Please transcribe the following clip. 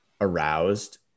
aroused